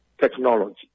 technology